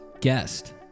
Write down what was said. guest